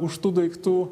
už tų daiktų